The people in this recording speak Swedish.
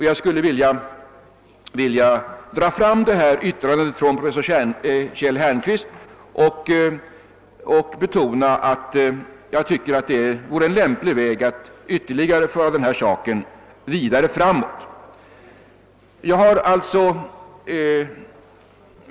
Jag skulle särskilt vilja dra fram detta yttrande från professor Kjell Härnqvist och betona att det enligt min mening anvisar en lämplig väg att föra saken vidare framåt.